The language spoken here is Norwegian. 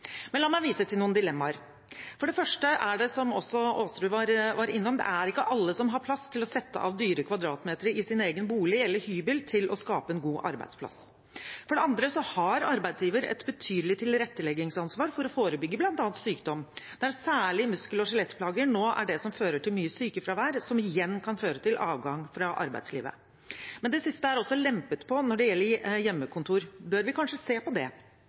Men la meg vise til noen dilemmaer. For det første er det, som også Aasrud var innom, ikke alle som har plass til å sette av dyre kvadratmetere i sin egen bolig eller hybel til å skape en god arbeidsplass. For det andre har arbeidsgiver et betydelig tilretteleggingsansvar for å forebygge bl.a. sykdom, der særlig muskel- og skjelettplager nå er det som fører til mye sykefravær, som igjen kan føre til avgang fra arbeidslivet. Men det siste er også lempet på når det gjelder hjemmekontor. Bør vi kanskje se på det?